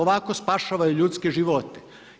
Ovako spašavaju ljudske živote.